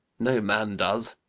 no man does.